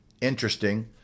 Interesting